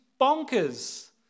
bonkers